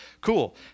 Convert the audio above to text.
Cool